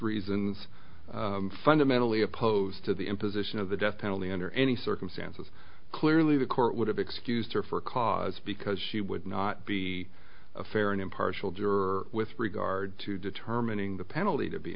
reasons fundamentally opposed to the imposition of the death penalty under any circumstances clearly the court would have excused her for cause because she would not be fair and impartial juror with regard to determining the penalty to be